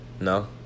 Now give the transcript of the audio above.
No